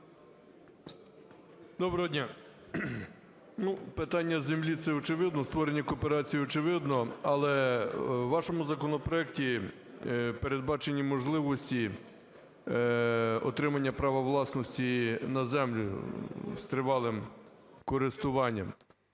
Доброго дня. Ну, питання землі – це очевидно. Створення кооперації – очевидно. Але в вашому законопроекті передбачені можливості отримання права власності на землю з тривалим користуванням.